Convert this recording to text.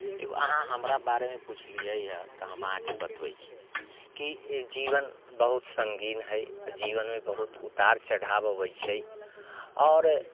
अहाँ हमरा बारेमे पूछलियै हँ तऽ हम अहाँके बतबै छी की जीवन बहुत सङ्गीन हय जीवनमे बहुत उतार चढ़ाव अबै छै आओर